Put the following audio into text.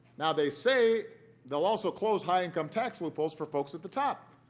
now, they say they'll also close high income tax loopholes for folks at the top,